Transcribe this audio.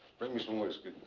bring me some whisky.